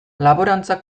laborantza